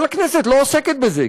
אבל הכנסת לא עוסקת בזה,